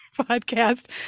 podcast